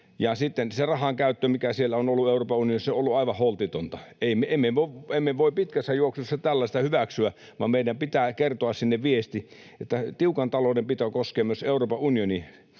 Ja sitten se rahan käyttö, mikä on ollut Euroopan unionissa, on ollut aivan holtitonta. Emme voi pitkässä juoksussa tällaista hyväksyä, vaan meidän pitää kertoa sinne viesti, että tiukka taloudenpito koskee myös Euroopan unionia.